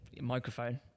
microphone